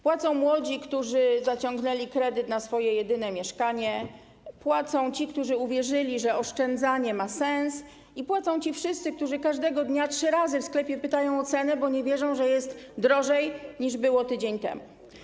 Płacą młodzi, którzy zaciągnęli kredyty na swoje jedyne mieszkania, płacą ci, którzy uwierzyli, że oszczędzanie ma sens, i płacą ci wszyscy, którzy każdego dnia trzy razy w sklepie pytają o cenę, bo nie wierzą, że jest drożej, niż było tydzień temu.